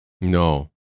no